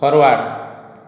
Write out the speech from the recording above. forward